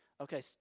Okay